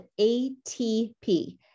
ATP